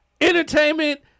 Entertainment